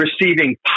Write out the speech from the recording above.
receiving